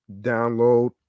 download